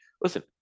listen